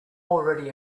already